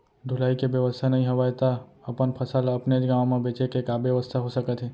ढुलाई के बेवस्था नई हवय ता अपन फसल ला अपनेच गांव मा बेचे के का बेवस्था हो सकत हे?